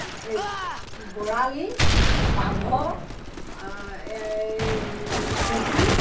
বৰালি পাভ অঁ এই কুঁহি